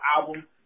album